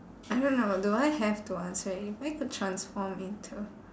I don't know do I have to answer if I could transform into